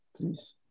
please